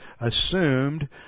assumed